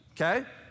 Okay